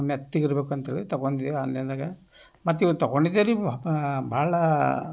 ಮೆತ್ತಗಿರಬೇಕು ಅಂಥೇಳಿ ತಗೊಂಡ್ವಿ ಆನ್ಲೈನ್ದಾಗ ಮತ್ತು ಇವತ್ತು ತೊಗೊಂಡಿದ್ದೀವ್ರಿ ಬಹಳ